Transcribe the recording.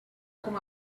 com